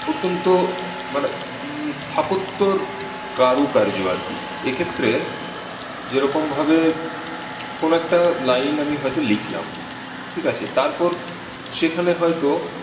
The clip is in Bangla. অত্যন্ত মানে স্থাপত্যর কারুকার্য আর কি এক্ষেত্রে যেরকমভাবে কোনও একটা লাইন আমি হয়ত লিখলাম ঠিক আছে তারপর সেখানে হয়ত